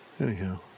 Anyhow